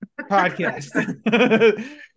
Podcast